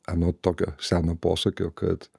anot tokio seno posakio kad